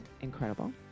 incredible